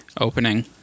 opening